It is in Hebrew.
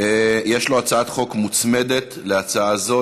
יש לו הצעת חוק מוצמדת להצעה הזאת.